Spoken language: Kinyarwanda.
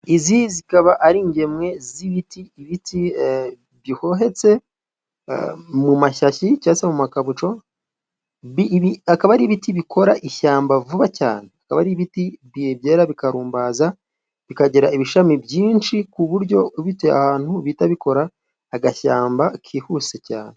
Izi zikaba ari ingemwe z'ibiti. Ibiti bihohetse mu mashashi, mu makawucu, akaba ari ibiti bikora ishyamba vuba cyane, akaba ari ibiti byera bikarumbaza bikagira ibishami byinshi, ku buryo ubiteye ahantu bihita bikora agashyamba kihuse cyane.